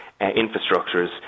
infrastructures